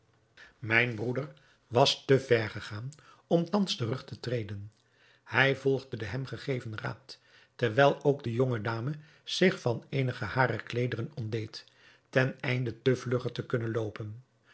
mijn broeder was te ver gegaan om thans terug te treden hij volgde den hem gegeven raad terwijl ook de jonge dame zich van eenige harer kleederen ontdeed ten einde te vlugger te kunnen loopen